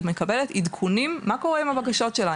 מקבלת עדכונים מה קורה עם הבקשות שלה?